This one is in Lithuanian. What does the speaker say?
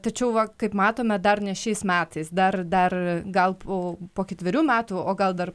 tačiau va kaip matome dar ne šiais metais dar dar gal po po ketverių metų o gal dar